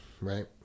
right